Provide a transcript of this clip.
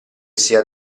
sia